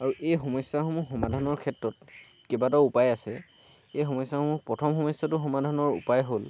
আৰু এই সমস্যাসমূহ সমাধানৰ ক্ষেত্ৰত কেইবাটাও উপায় আছে এই সমস্যা সমূহ প্ৰথম সমস্যাটোৰ সমাধানৰ উপায় হ'ল